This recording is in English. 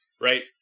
right